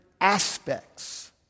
aspects